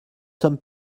sommes